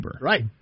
Right